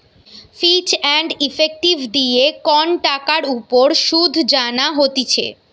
ফিচ and effective দিয়ে কন টাকার উপর শুধ জানা হতিছে